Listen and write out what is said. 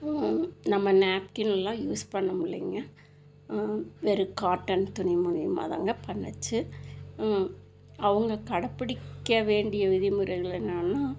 நம்ம நேப்கின்லாம் யூஸ் பண்ண முடியலைங்க வெறும் காட்டன் துணி மூலமா தாங்க பண்ணுச்சி அவங்க கடைப்பிடிக்க வேண்டிய விதிமுறைகள் என்னென்னா